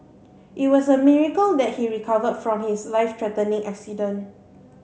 it was a miracle that he recovered from his life threatening accident